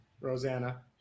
Rosanna